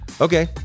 Okay